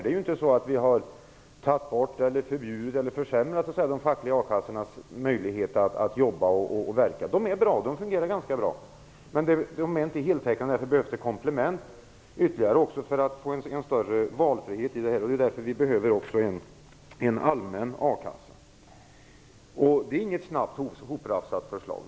Det är ju inte så att vi har försämrat de fackliga a-kassornas möjlighet att jobba och verka. De fungerar ganska bra, men de är inte heltäckande. Därför behövs det komplement för att få en större valfrihet. Därför behöver vi en allmän akassa. Det är inget snabbt hoprafsat förslag.